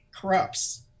corrupts